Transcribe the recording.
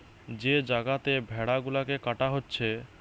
যে জাগাতে ভেড়া গুলাকে কাটা হচ্ছে